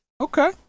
Okay